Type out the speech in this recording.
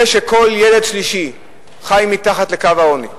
זה שכל ילד שלישי חי מתחת לקו העוני,